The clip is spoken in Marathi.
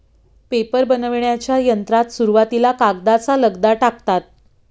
पेपर बनविण्याच्या यंत्रात सुरुवातीला कागदाचा लगदा टाकतात